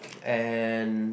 and